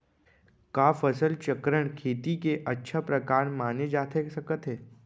का फसल चक्रण, खेती के अच्छा प्रकार माने जाथे सकत हे?